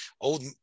old